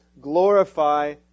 glorify